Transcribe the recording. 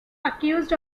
accused